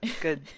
good